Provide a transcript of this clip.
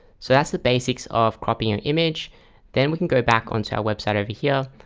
so that's the basics of cropping an image then we can go back onto our website over here.